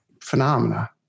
phenomena